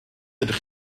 ydych